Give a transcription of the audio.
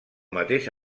mateix